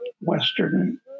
Western